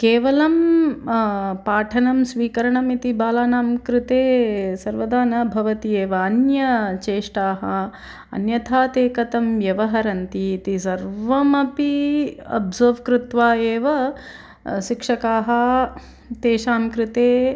केवलं पाठनं स्वीकरणमिति बालानां कृते सर्वदा न भवति एव अन्य ज्येष्ठाः अन्यथा ते कथं व्यवहरन्ति इति सर्वमपि अब्सर्व् कृत्वा एव शिक्षकाः तेषां कृते